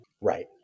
Right